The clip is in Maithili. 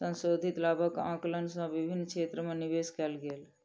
संशोधित लाभक आंकलन सँ विभिन्न क्षेत्र में निवेश कयल गेल